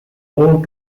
moved